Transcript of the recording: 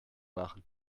machen